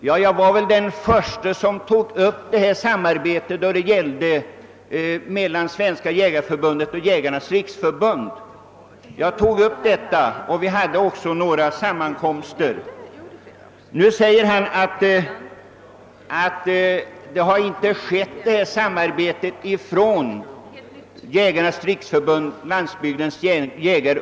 Ja, jag var väl den förste som tog upp frågan om samarbete melian Svenska jägareförbundet och Jägarnas riksförbund, och vi hade också några sammankomster. Nu påstår herr Trana, om jag uppfattade honom riktigt, att det under senaste tiden inte har förekommit något initiativ till samarbete från Jägarnas = riksförbund—Landsbygdens jägare.